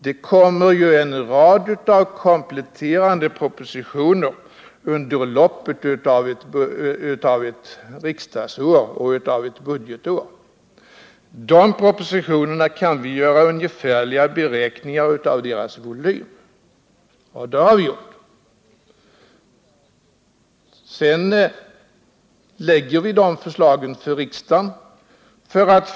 Det kommer ju en rad kompletterande propositioner under loppet av ett riksdagsoch budgetår. Vi kan göra ungefärliga beräkningar av den ekonomiska volymen i dessa propositioner, och det har vi också gjort. Därefter förelägger vi riksdagen förslagen.